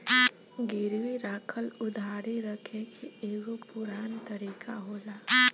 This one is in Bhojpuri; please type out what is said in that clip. गिरवी राखल उधारी रखे के एगो पुरान तरीका होला